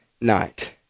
night